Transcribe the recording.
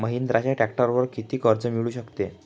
महिंद्राच्या ट्रॅक्टरवर किती कर्ज मिळू शकते?